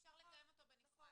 אפשר לקיים אותו בנפרד.